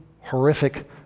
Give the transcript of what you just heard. horrific